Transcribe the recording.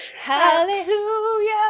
Hallelujah